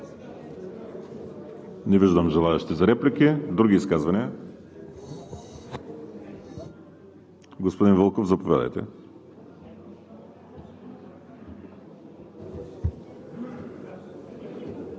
Не виждам желаещи. Други изказвания? Господин Вълков, заповядайте.